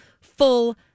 full